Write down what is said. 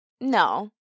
no